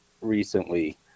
recently